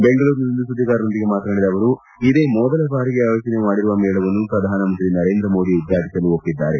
ಬೆಂಗಳೂರಿನಲ್ಲಿಂದು ಸುದ್ದಿಗಾರರೊಂದಿಗೆ ಮಾತನಾಡಿದ ಅವರು ಇದೇ ಮೊದಲ ಬಾರಿಗೆ ಆಯೋಜನೆ ಮಾಡಿರುವ ಮೇಳವನ್ನು ಪ್ರಧಾನಮಂತ್ರಿ ನರೇಂದ್ರ ಮೋದಿ ಉದ್ವಾಟಿಸಲು ಒಪ್ಪಿದ್ದಾರೆ